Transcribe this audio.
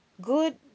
good